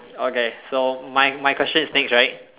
okay so my my question is next right